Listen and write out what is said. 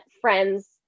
friends